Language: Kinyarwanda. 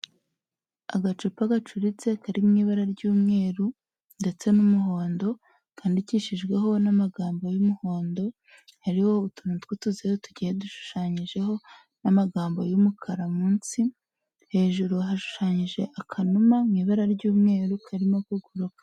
Agacupa gacuritse kari mu ibara ry'umweru, ndetse n'umuhondo, kandikishijweho n'amagambo y'umuhondo hariho utuntu t'utuzeru tugiye dushushanyijeho n'amagambo y'umukara munsi, hejuru hashushanyije akanuma mu ibara ry'umweru karimo kuguruka.